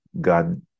God